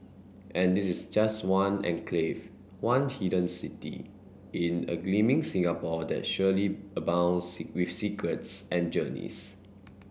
and this is just one enclave one hidden city in a gleaming Singapore that surely abounds with secrets and journeys